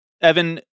Evan